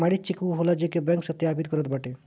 प्रमाणित चेक उ होला जेके बैंक सत्यापित करत बाटे